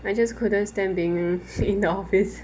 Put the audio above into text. I just couldn't stand being in the office